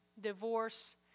divorce